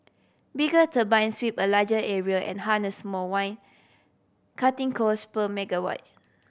bigger turbine sweep a larger area and harness more wind cutting cost per megawatt